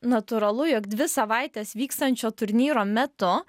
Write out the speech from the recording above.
natūralu jog dvi savaites vykstančio turnyro metu